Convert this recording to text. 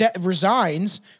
resigns